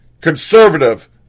conservative